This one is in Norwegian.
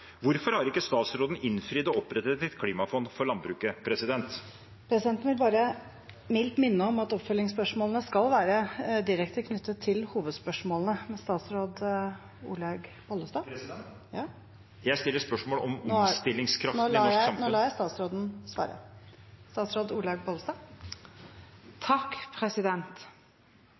Hvorfor har ikke statsråden innfridd dette og opprettet et klimafond for landbruket? Presidenten vil bare mildt minne om at oppfølgingsspørsmålene skal være direkte knyttet til hovedspørsmålene. Jeg stiller spørsmål om omstillingskraften i norsk landbruk. Nå lar jeg statsråden få svare.